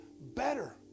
better